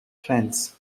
trends